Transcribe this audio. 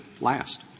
last